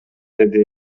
деди